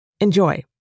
Enjoy